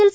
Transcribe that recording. L